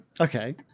Okay